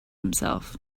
himself